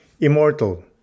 Immortal